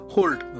Hold